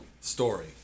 story